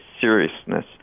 seriousness